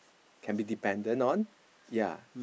can be dependent on ya